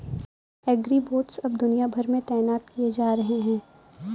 agribots अब दुनिया भर में तैनात किए जा रहे हैं